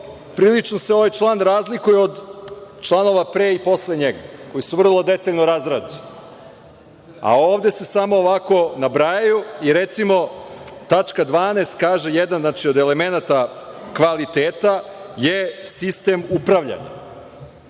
prilično se ovaj član razlikuje od članova pre i posle njega, koji su vrlo detaljno razrađeni. A, ovde se samo ovako nabrajaju i recimo tačka 12. kaže – jedan od elemenata kvaliteta je sistem upravljanja.